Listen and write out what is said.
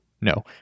no